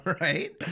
right